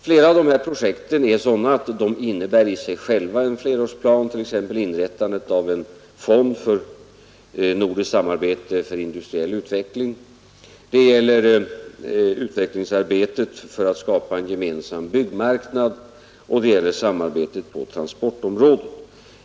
Flera av de här projekten är sådana att de i sig själva innebär en flerårsplan, t.ex. inrättande av en fond för nordisk industriell utveckling. Det gäller utvecklingsarbetet för att skapa en gemensam byggmarknad och det gäller samarbetet på transportområdet.